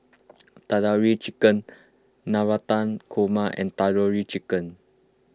Tandoori Chicken Navratan Korma and Tandoori Chicken